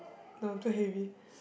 no too heavy